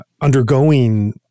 undergoing